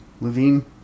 Levine